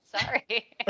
Sorry